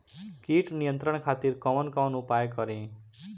कीट नियंत्रण खातिर कवन कवन उपाय करी?